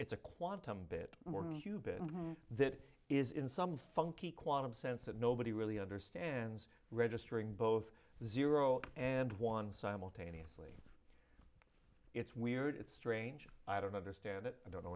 cuban that is in some funky quantum sense that nobody really understands registering both zero and one simultaneously it's weird it's strange i don't understand it i don't know